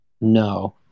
No